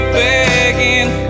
begging